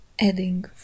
adding